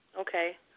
Okay